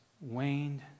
waned